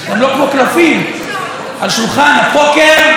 גם לא כמו קלפים על שולחן הפוקר,